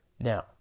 now